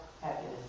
happiness